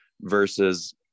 versus